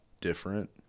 different